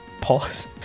pause